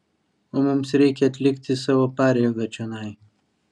o mums reikia atlikti savo pareigą čionai